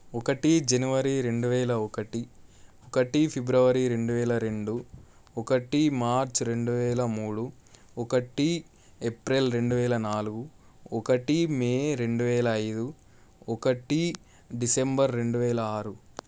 ఒకటి జనవరి రెండువేల ఒకటి ఒకటి ఫిబ్రవరి రెండువేల రెండు ఒకటి మార్చ్ రెండువేల మూడు ఒకటి ఏప్రిల్ రెండువేల నాలుగు ఒకటి మే రెండువేల ఐదు ఒకటి డిసెంబర్ రెండువేల ఆరు